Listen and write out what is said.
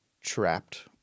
trapped